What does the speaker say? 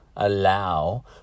allow